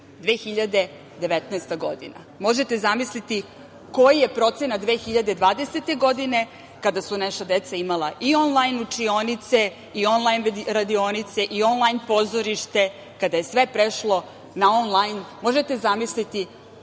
2019, možete zamisliti koji je procenat 2020. godine, kada su naša deca imala i onlajn učionice, i onlajn radionice, onlajn pozorište, kada je sve prešlo na onlajn, možete zamisliti